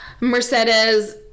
mercedes